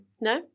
No